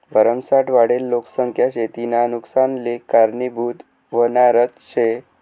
भरमसाठ वाढेल लोकसंख्या शेतीना नुकसानले कारनीभूत व्हनारज शे